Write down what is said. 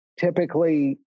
typically